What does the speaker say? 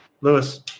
Lewis